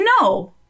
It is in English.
No